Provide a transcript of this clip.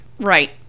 right